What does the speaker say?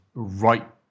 Right